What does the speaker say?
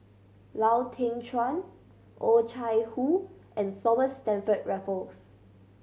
Lau Teng Chuan Oh Chai Hoo and Thomas Stamford Raffles